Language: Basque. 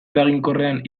eraginkorrean